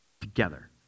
together